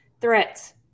threats